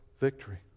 victory